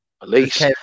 police